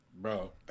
Bro